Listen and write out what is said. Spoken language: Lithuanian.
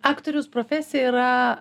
aktoriaus profesija yra